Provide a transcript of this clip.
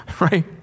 right